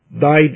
died